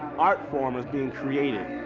art form is being created.